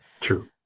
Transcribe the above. True